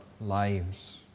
lives